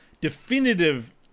definitive